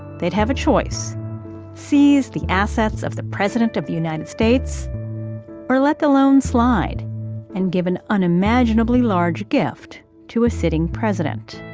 they'd have a choice seize the assets of the president of the united states or let the loans slide and give an unimaginably large gift to a sitting president.